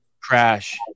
Crash